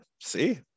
See